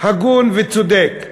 הגון וצודק.